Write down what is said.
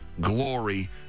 glory